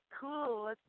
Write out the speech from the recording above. cool